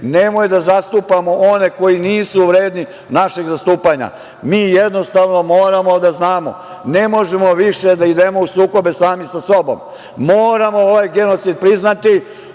nemoj da zastupamo one koji nisu vredni našeg zastupanja. Mi jednostavno moramo da znamo, ne možemo da idemo u sukobe više sami sa sobom. Moramo ovaj genocid priznati,